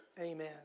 Amen